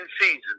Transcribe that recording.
season